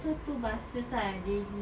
so two buses ah daily